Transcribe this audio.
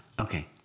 Okay